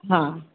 हा